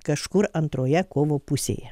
kažkur antroje kovo pusėje